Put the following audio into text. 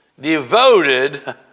devoted